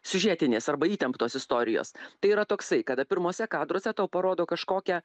siužetinės arba įtemptos istorijos tai yra toksai kada pirmuosiuose kadruose tau parodo kažkokią